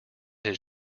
his